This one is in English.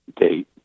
date